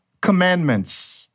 commandments